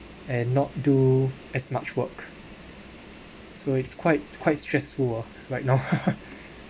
and not do as much work so it's quite quite stressful ah right now